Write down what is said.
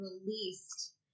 released